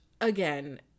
again